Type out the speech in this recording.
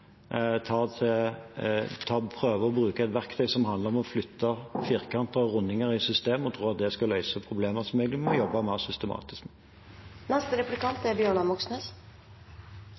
å bruke et verktøy som handler om å flytte firkanter og rundinger i systemet, og tror at det skal løse problemene. Som regel må man jobbe mer systematisk.